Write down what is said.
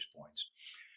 points